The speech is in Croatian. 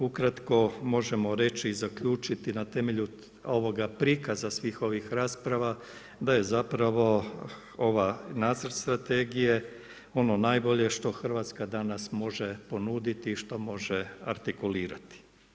Ukratko možemo reći i zaključiti na temelju ovoga prikaza svih ovih rasprava da je ovaj nacrt strategije ono najbolje što Hrvatska danas može ponuditi i što može artikulirati.